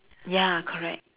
ya correct